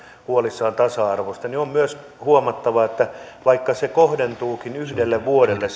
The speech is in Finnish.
huolissamme tasa arvosta niin on myös huomattava että vaikka se vuosilomakertymän menettäminen kohdentuukin yhdelle vuodelle